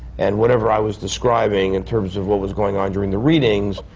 and whatever i was describing, in terms of what was going on during the readings,